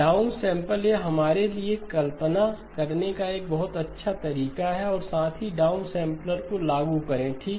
down sample यह हमारे लिए कल्पना करने का एक बहुत अच्छा तरीका है और साथ ही डाउन सैंपलर को लागू करें ठीक